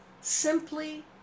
simply